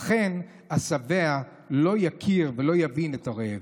אכן, השבע לא יכיר ולא יבין את הרעב.